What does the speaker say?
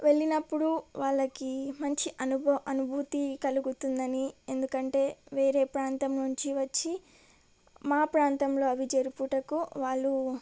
వెళ్ళినప్పుడు వాళ్ళకి మంచి అనుభ అనుభూతి కలుగుతుందని ఎందుకంటే వేరే ప్రాంతం నుంచి వచ్చి మా ప్రాంతంలో అవి జరుపుటకు వాళ్ళు